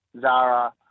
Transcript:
Zara